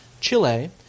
chile